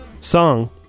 song